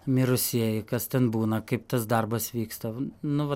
mirusieji kas ten būna kaip tas darbas vyksta nu vat